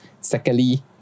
Secondly